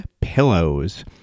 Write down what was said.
pillows